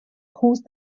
caused